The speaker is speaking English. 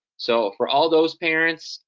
so for all those parents,